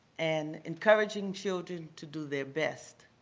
and encouraging children to do their best.